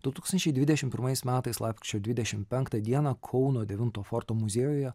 du tūkstančiai dvidešim pirmais metais lapkričio dvidešim penktą dieną kauno devinto forto muziejuje